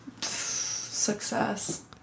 success